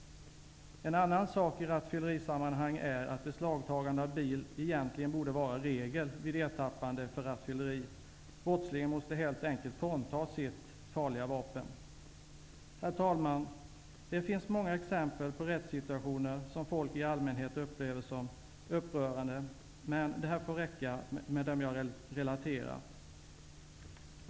En annan sak i rattfyllerisammanhang är att beslagtagande av bilen egentligen borde vara regel vid ertappande för rattfylleri! Brottslingen måste helt enkelt fråntas sitt farliga vapen. Herr talman! Det finns många exempel på rättssituationer som folk i allmänhet upplever som upprörande, men det får här räcka med dem jag relaterat.